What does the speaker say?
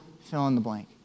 fill-in-the-blank